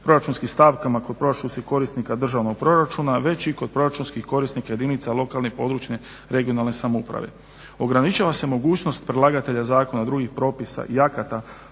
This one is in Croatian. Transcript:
proračunskim stavkama kod proračunskih korisnika državnog proračuna već i kod proračunskih korisnika jedinica lokalne i područne (regionalne) samouprave. Ograničava se mogućnost predlagatelja zakona i drugih propisa i akata